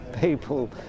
people